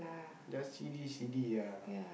the C_D C_D ah